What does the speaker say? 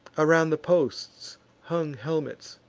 around the posts hung helmets,